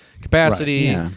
capacity